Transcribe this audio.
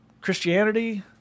Christianity